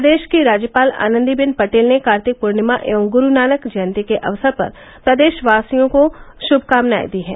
प्रदेश की राज्यपाल आनंदीबेन पटेल ने कार्तिक पूर्णिमा एवं गुरू नानक जयन्ती के अवसर पर प्रदेशवासियों को शुभकामनाएँ दी हैं